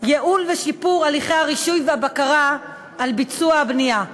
ייעול ושיפור של הליכי הרישוי והבקרה על ביצוע הבנייה.